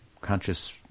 conscious